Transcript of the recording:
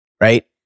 right